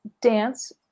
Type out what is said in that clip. dance